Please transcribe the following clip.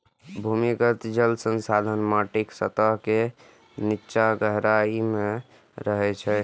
भूमिगत जल संसाधन माटिक सतह के निच्चा गहराइ मे रहै छै